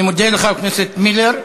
אני מודה לך, חבר הכנסת מילר.